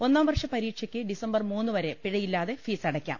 ഒന്നാം വർഷ പ്രീക്ഷയ്ക്ക് ഡിസംബർ മൂന്നുവരെ പിഴയില്ലാതെ ഫീസടയ്ക്കാം